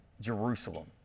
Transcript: Jerusalem